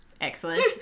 Excellent